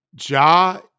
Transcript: Ja